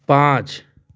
पाँच